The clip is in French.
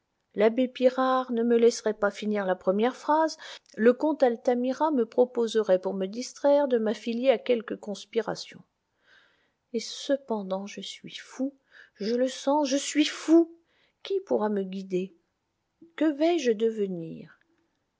l'abbé pirard ne me laisserait pas finir la première phrase le comte altamira me proposerait pour me distraire de m'affilier à quelque conspiration et cependant je suis fou je le sens je suis fou qui pourra me guider que vais-je devenir